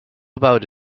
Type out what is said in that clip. about